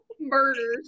murders